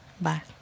Bye